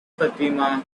fatima